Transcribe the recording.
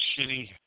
shitty